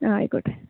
ആ ആയിക്കോട്ടെ